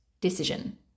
decision